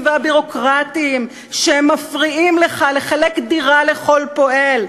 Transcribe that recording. והביורוקרטיים שמפריעים לך לחלק דירה לכל פועל.